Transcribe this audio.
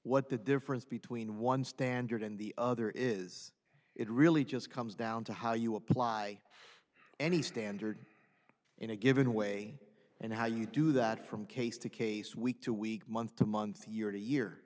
what the difference between one standard and the other is it really just comes down to how you apply any standard in a given way and how you do that from case to case week to week month to month year to year